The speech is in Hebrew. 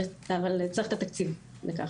אבל צריך את התקציב לכך.